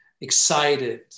excited